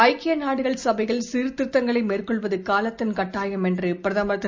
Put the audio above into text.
ஐக்கிய நாடுகள் சபையில் சீர்திருத்தங்களை மேற்கொள்வது காலத்தின் கட்டாயம் என்று பிரதமர் திரு